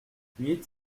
huit